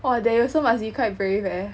!wah! they also must be quite brave eh